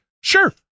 Sure